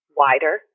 wider